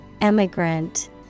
Emigrant